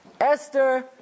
Esther